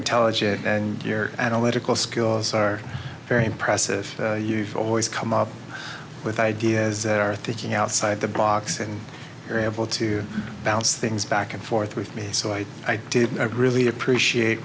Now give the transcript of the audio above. intelligent and your analytical skills are very impressive you've always come up with ideas that are thinking outside the box and are able to balance things back and forth with me so i i i really appreciate